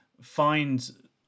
find